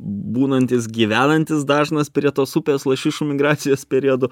būnantys gyvenantys dažnas prie tos upės lašišų migracijos periodu